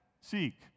seek